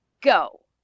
go